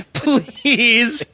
please